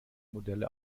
modelle